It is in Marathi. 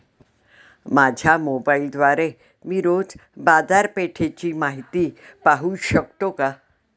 माझ्या मोबाइलद्वारे मी रोज बाजारपेठेची माहिती पाहू शकतो का?